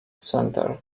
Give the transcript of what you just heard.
center